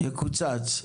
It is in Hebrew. יקוצץ?